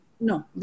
No